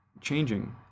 changing